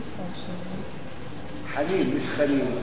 חנין.